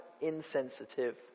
insensitive